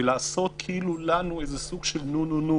ולעשות לנו איזה סוג של נו-נו-נו